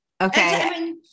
Okay